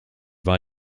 war